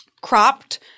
cropped